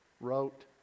wrote